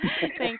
Thank